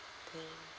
ten